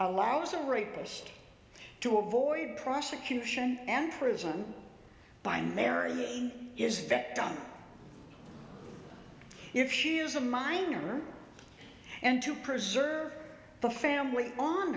allows a rapist to avoid prosecution and prison by marrying his vector if she is a minor and to preserve the family